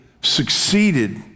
succeeded